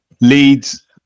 leads